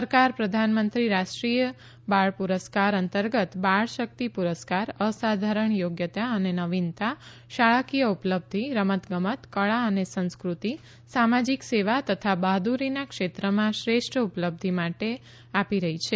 સરકાર પ્રધાનમંત્રી રાષ્ટ્રીય બાળ પુરસ્કાર અંતર્ગત બાળ શકિત પુરસ્કાર અસાધારણ યોગ્યતા અને નવીનતા શાળાકીય ઉપલબ્ધિ રમત ગમત કળા અને સંસ્કૃતિ સામાજીક સેવા તથા બહાદુરીના ક્ષેત્રમાં શ્રેષ્ઠ ઉપલબ્ધી માટે આપી રહી છે